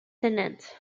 tenants